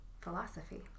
philosophy